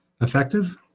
effective